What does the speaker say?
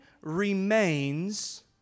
remains